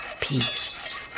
peace